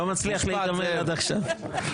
בבקשה.